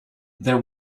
there